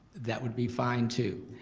that would be fine too.